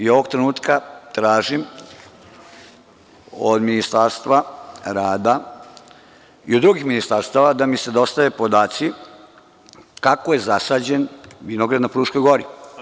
Ovog trenutka tražim od Ministarstva rada i od drugih ministarstava da mi se dostave podaci kako je zasađen vinograd na Fruškoj gori.